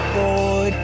boy